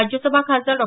राज्यसभा खासदार डॉ